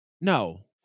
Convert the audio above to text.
No